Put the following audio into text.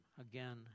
again